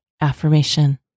affirmation